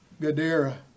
Gadara